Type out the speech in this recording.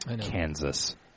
Kansas